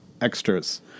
extras